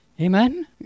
Amen